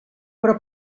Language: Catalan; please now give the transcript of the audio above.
però